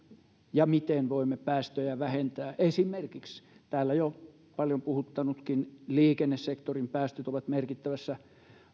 ja miten voimme päästöjä vähentää esimerkiksi täällä jo paljon puhuttaneetkin liikennesektorin päästöt ovat merkittävässä